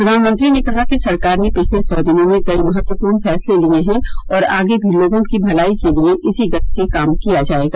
प्रधानमंत्री ने कहा कि सरकार ने पिछल सौ दिनों में कई महत्वपूर्ण फैसले लिये हैं और आगे भी लोगों की भलाई के लिए इसी गति से काम किया जाएगा